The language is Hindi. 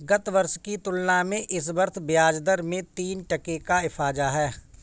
गत वर्ष की तुलना में इस वर्ष ब्याजदर में तीन टके का इजाफा है